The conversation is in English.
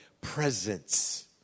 presence